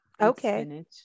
Okay